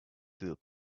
through